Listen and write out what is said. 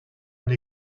une